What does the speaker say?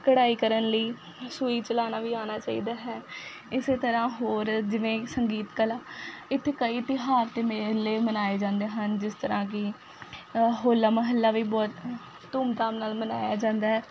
ਕਢਾਈ ਕਰਨ ਲਈ ਸੂਈ ਚਲਾਉਣਾ ਵੀ ਆਉਣਾ ਚਾਹੀਦਾ ਹੈ ਇਸ ਤਰ੍ਹਾਂ ਹੋਰ ਜਿਵੇਂ ਸੰਗੀਤ ਕਲਾ ਇੱਥੇ ਕਈ ਤਿਉਹਾਰ ਅਤੇ ਮੇਲੇ ਮਨਾਏ ਜਾਂਦੇ ਹਨ ਜਿਸ ਤਰ੍ਹਾਂ ਕਿ ਹੋਲਾ ਮਹੱਲਾ ਵੀ ਬਹੁਤ ਧੂਮ ਧਾਮ ਨਾਲ ਮਨਾਇਆ ਜਾਂਦਾ ਹੈ